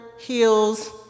heels